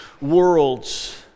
worlds